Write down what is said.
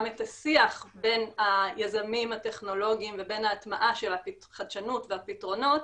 את השיח בין היזמים הטכנולוגיים ובין ההטמעה של החדשנות והפתרונות